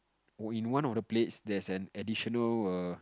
oh in one of the plate there's an additional err